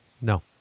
No